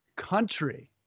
country